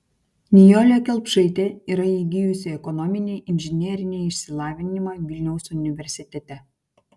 nijolė kelpšaitė yra įgijusi ekonominį inžinerinį išsilavinimą vilniaus universitete